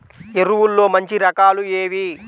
ఎరువుల్లో మంచి రకాలు ఏవి?